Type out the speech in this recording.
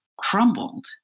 crumbled